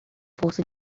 força